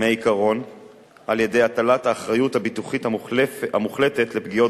מהעיקרון בהטלת האחריות הביטוחית המוחלטת לפגיעות